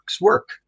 work